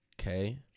Okay